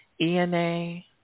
ENA